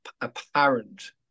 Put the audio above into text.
apparent